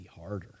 harder